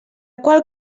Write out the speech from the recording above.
qual